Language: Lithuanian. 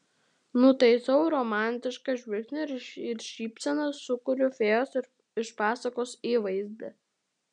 nutaisau romantišką žvilgsnį ir šypseną sukuriu fėjos iš pasakos įvaizdį